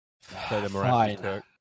fine